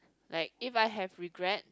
like if I have regret